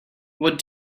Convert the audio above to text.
what